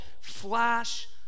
flash